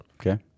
Okay